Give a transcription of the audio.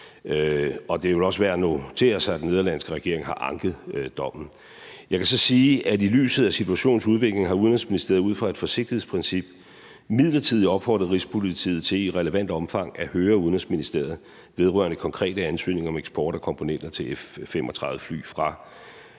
Det er også værd at notere sig, at den nederlandske regering har anket dommen. Jeg kan så sige, at i lyset af situationens udvikling har Udenrigsministeriet ud fra et forsigtighedsprincip midlertidig opfordret Rigspolitiet til i relevant omfang at høre Udenrigsministeriet vedrørende konkrete antydninger om eksport af komponenter til F-35-fly fra Danmark.